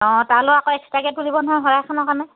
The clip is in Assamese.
অঁ তালৈ আকৌ এক্সট্ৰাকৈ তুলিব নহয় শৰাইখনৰ কাৰণে